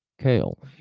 Kale